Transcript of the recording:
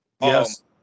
Yes